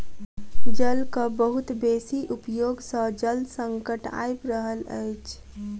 जलक बहुत बेसी उपयोग सॅ जल संकट आइब रहल अछि